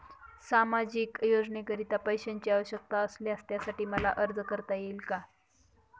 सामाजिक योजनेकरीता पैशांची आवश्यकता असल्यास त्यासाठी मला अर्ज करता येईल का?